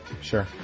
Sure